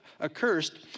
accursed